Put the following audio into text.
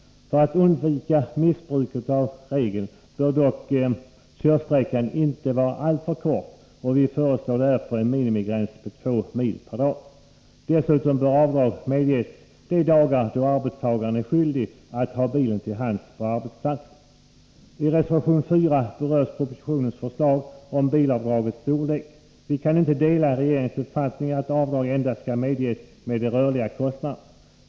För att undvika missbruk av regeln bör dock körsträckan inte vara alltför kort. Vi föreslår därför en minimigräns på 2 mil per dag. Dessutom bör avdrag medges för dagar då arbetstagaren är skyldig att ha bilen till hands på arbetsplatsen. I reservation 4 berörs propositionens förslag om bilavdragens storlek. Vi kan inte dela regeringens uppfattning att avdrag endast skall medges med de rörliga kostnaderna.